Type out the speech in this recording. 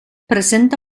presenta